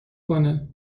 کنه